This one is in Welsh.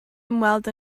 ymweld